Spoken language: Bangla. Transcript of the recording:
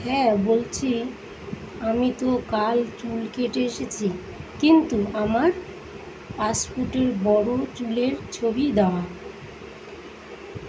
হ্যাঁ বলছি আমি তো কাল চুল কেটে এসেছি কিন্তু আমার পাসপোর্টের বড়ো চুলের ছবি দেওয়া